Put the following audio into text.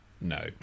no